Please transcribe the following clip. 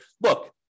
look